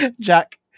Jack